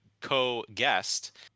co-guest